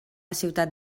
ciutat